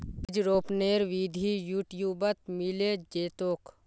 बीज रोपनेर विधि यूट्यूबत मिले जैतोक